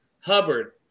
Hubbard